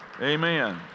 Amen